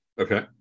okay